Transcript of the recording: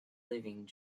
living